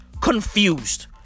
confused